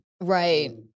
Right